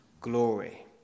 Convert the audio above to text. glory